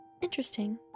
Interesting